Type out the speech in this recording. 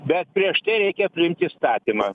bet prieš tai reikia priimt įstatymą